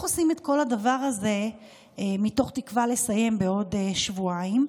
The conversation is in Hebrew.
עושים את כל הדבר הזה מתוך תקווה לסיים בעוד שבועיים.